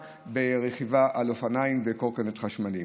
ברכיבה על אופניים ועל קורקינטים חשמליים.